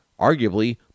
arguably